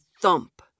thump